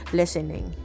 listening